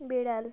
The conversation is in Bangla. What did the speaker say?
বেড়াল